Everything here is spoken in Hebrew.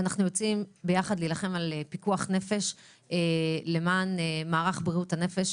אנחנו יוצאים ביחד להילחם על פיקוח נפש למען מערך בריאות הנפש,